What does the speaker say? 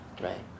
right